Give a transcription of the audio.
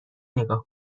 نگاه